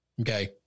Okay